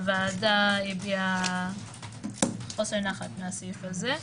הוועדה הביעה חוסר נחת מהסעיף הזה.